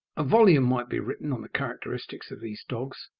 a volume might be written on the characteristics of these dogs,